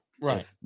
Right